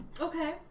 Okay